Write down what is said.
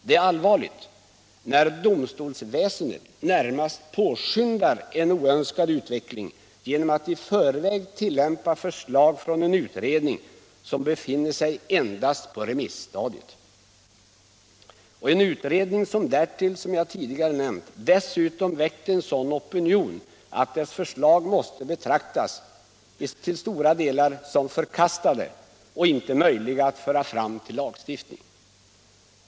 Det är allvarligt om domstolsväsendet påskyndar en oönskad utveckling, genom att i förväg tillämpa förslag från en utredning som befinner sig endast på remisstadiet — en utredning som därtill, som jag tidigare nämnt, väckt en sådan opinion att dess förslag måste betraktas som till stora delar förkastade och inte möjliga att föra fram till lagstiftning.